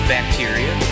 Bacteria